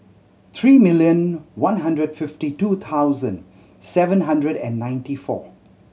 three million one hundred fifty two thousand seven hundred and ninety four